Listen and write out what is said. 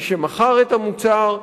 מי שמכר את המוצר.